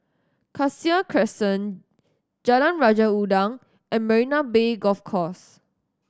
Cassia Crescent Jalan Raja Udang and Marina Bay Golf Course